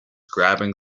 grabbing